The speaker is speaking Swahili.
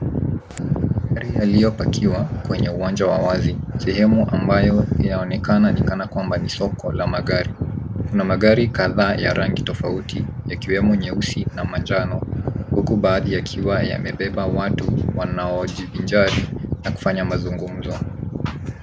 Magari yaliyopakiwa kwenye uwanja wa wazi. Sehemu ambayo yaonekana ni kana kwamba ni soko la magari. Kuna magari kadhaa ya rangi tofauti yakiwemo nyeusi na manjano huku baadhi yakiwa yamebeba watu wanaojivinjari na kufanya mazungumzo.